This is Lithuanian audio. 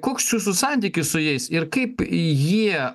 koks jūsų santykis su jais ir kaip jie